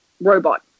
robot